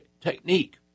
technique